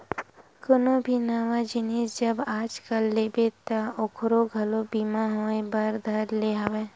कोनो भी नवा जिनिस जब आजकल लेबे ता ओखरो घलो बीमा होय बर धर ले हवय